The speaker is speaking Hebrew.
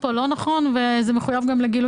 פה אני בודק אותם עוד פעם.